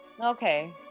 Okay